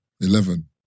Eleven